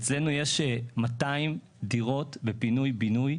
אצלנו יש 200 דירות בפינוי בינוי,